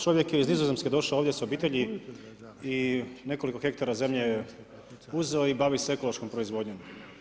Čovjek je iz Nizozemske došao ovdje s obitelji i nekoliko hektara zemlje je uzeo i bavi se ekološkom proizvodnjom.